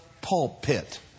pulpit